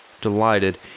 Delighted